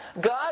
God